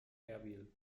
erbil